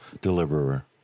deliverer